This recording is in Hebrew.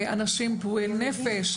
אנשים פגועי נפש,